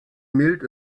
mild